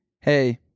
hey